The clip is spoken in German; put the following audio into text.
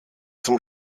zum